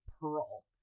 Pearl